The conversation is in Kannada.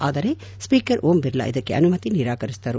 ಆದರೆ ಸ್ಪೀಕರ್ ಓಂ ಬಿರ್ಲಾ ಇದಕ್ಕೆ ಅನುಮತಿ ನಿರಾಕರಿಸಿದರು